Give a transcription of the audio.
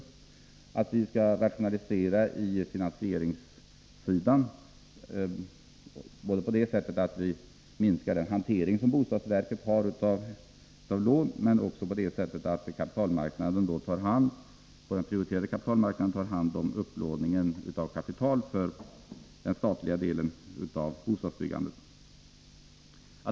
Det skall också ske en rationalisering på finansieringssidan, på det sättet att bostadsstyrelsens hantering av lån minskar men också på det sättet att den prioriterade kapitalmarknaden tar hand om upplåningen av kapital för den statliga delen av bostadsbyggandet.